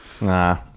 Nah